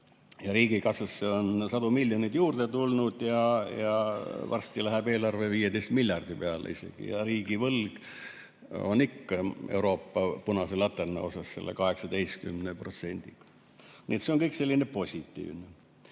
Riigikassasse on sadu miljoneid juurde tulnud ja varsti läheb eelarve 15 miljardi peale isegi ja riigivõlg on ikka Euroopa punase laterna osas selle 18%‑ga. Nii et see on kõik positiivne.